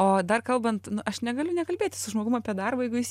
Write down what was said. o dar kalbant aš negaliu nekalbėti su žmogum apie darbą jeigu jis